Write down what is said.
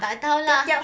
tak tahu lah